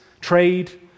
trade